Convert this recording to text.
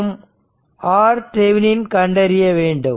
மற்றும் RThevenin கண்டறிய வேண்டும்